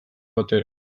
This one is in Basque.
batera